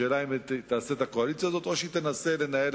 השאלה היא אם היא תעשה את הקואליציה הזאת או שתנסה לנהל